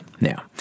Now